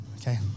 okay